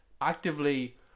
actively